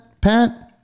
Pat